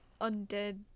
undead